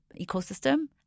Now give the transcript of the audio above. ecosystem